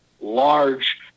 large